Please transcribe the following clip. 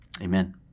Amen